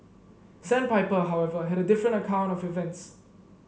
sandpiper however had a different account of events